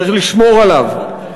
צריך לשמור עליו,